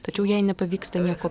tačiau jai nepavyksta nieko